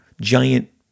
giant